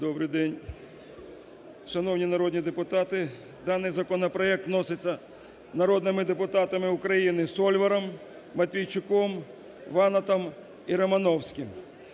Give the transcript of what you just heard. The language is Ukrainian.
Добрий день. Шановні народні депутати, даний законопроект вноситься народними депутатами України Сольваром, Матвійчуком, Ванатом і Романовським.